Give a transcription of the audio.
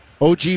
OG